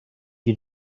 you